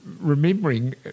remembering